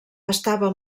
estava